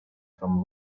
from